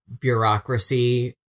bureaucracy